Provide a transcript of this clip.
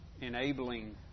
enabling